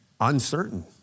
uncertain